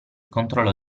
controllo